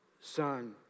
son